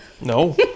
No